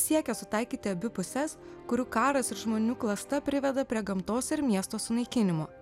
siekia sutaikyti abi puses kurių karas ir žmonių klasta priveda prie gamtos ir miesto sunaikinimo